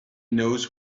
knows